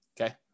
Okay